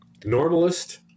normalist